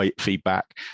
feedback